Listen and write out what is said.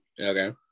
Okay